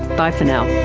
bye for now